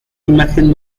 imagen